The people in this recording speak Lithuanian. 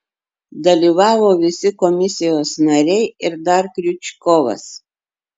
dalyvavo visi komisijos nariai ir dar kriučkovas